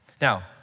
Now